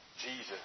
Jesus